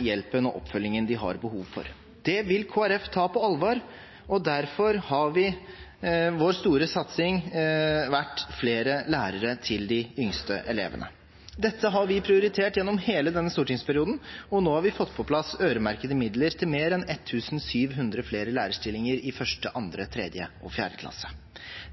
hjelpen og oppfølgingen de har behov for. Det vil Kristelig Folkeparti ta på alvor, og derfor har vår store satsing vært flere lærere til de yngste elevene. Dette har vi prioritert gjennom hele denne stortingsperioden, og nå har vi fått på plass øremerkede midler til mer enn 1 700 flere lærerstillinger i 1., 2., 3., og 4. klasse.